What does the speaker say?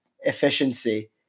efficiency